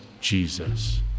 Jesus